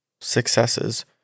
successes